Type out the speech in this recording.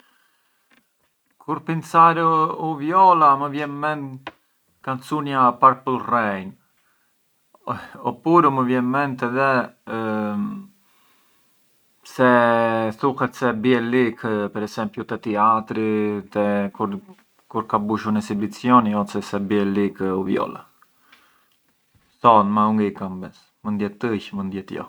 Më shumë gjegjem musica mentri çë jec me makinën, audiolibre ngë ndutu kam gjegjur kurrë, vetëm një herëmë duket e pran inveci kur qell makinën njatrë shurbes çë më kapitar të bunj ë të gjegjem podcast, podcast te ku flasjën, qaqararjën però jo audiolibri.